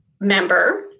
member